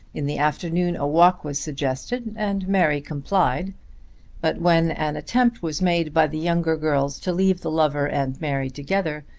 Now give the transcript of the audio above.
in the afternoon a walk was suggested, and mary complied but when an attempt was made by the younger girls to leave the lover and mary together,